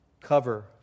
Cover